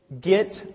Get